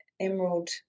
Emerald